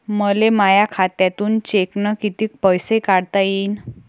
मले माया खात्यातून चेकनं कितीक पैसे काढता येईन?